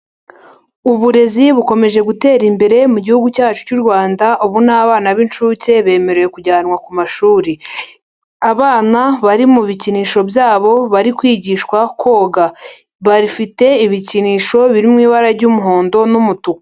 Uburezi bukomeje gutera imbere mu gihugu cyacu cy'u Rwanda, ubu n'abana b'inshuke bemerewe kujyanwa ku mashuri, abana bari mu bikinisho byabo bari kwigishwa koga, bafite ibikinisho biri mu ibara ry'umuhondo n'umutuku.